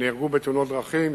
שנהרגו בתאונות דרכים.